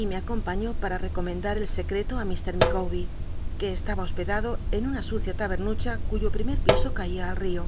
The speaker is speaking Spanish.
y me acompañó pal'a recomendar el secreto ti ijr iiicawbcr que est ba hospedado en una sucia labemucha cuyo primer l iso caia al l'io